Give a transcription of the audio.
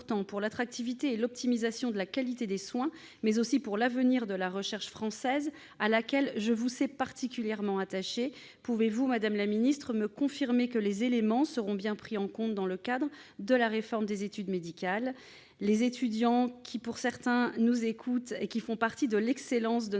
madame la ministre,